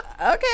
okay